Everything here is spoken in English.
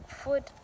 food